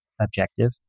objective